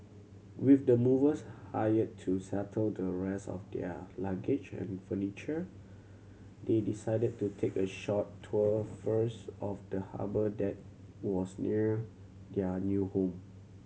with the movers hired to settle the rest of their luggage and furniture they decided to take a short tour first of the harbour that was near their new home